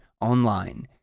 online